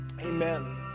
Amen